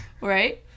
Right